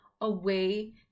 away